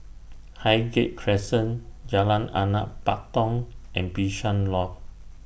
Highgate Crescent Jalan Anak Patong and Bishan Loft